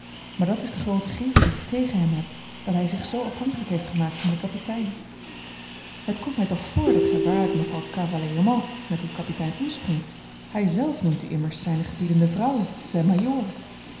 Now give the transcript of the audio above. maar dat is de groote grieve die ik tegen hem heb dat hij zich zoo afhankelijk heeft gemaakt van den kapitein het komt mij toch voor dat gij waarlijk nog al cavalièrement met uw kapitein omspringt hij zelf noemt u immers zijne gebiedende vrouwe zijn